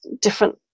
different